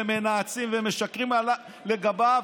מנאצים ומשקרים לגביו,